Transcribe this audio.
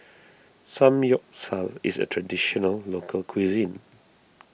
Samgyeopsal is a Traditional Local Cuisine